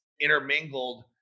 intermingled